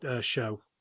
show